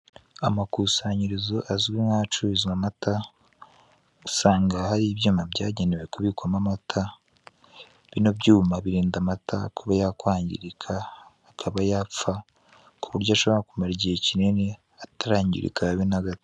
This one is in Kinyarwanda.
Amakusanyirizo azwi nkahacururizwa amata, usanga hari ibyuma byagenewe kubika mo amata, bino byuma birinda amata kuba yakwangirika, akaba yapfa, ku buryo ashobora no kumara igihe kinini atarangirika habe nagato.